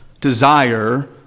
desire